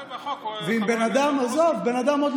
בחוק, עזוב.